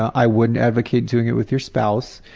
i wouldn't advocate doing it with your spouse.